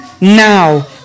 now